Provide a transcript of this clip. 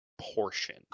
portion